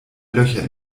löcher